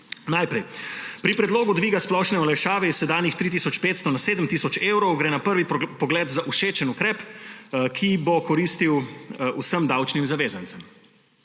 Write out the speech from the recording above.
Najprej. Pri predlogu dviga splošne olajšave iz sedanjih 3 tisoč 500 na 7 tisoč evrov gre na prvi pogled za všečen ukrep, ki bo koristil vsem davčnim zavezancem.